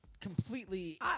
Completely